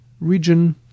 region